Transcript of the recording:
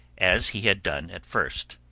as he had done at first.